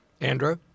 Andrew